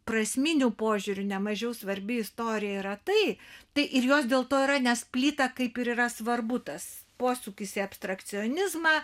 prasminiu požiūriu nemažiau svarbi istorija yra tai tai ir jos dėl to yra nes plyta kaip ir yra svarbu tas posūkis į abstrakcionizmą